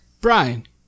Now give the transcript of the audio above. Brian